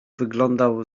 wyglądał